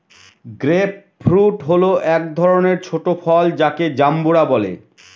grape fruit হল এক ধরনের ছোট ফল যাকে জাম্বুরা বলে